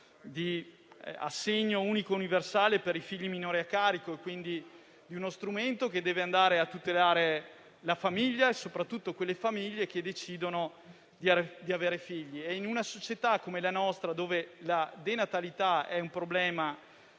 di assegno unico universale per i figli minori a carico, quindi di uno strumento che deve tutelare la famiglia, soprattutto se decide di avere figli. In una società come la nostra, in cui la denatalità è un problema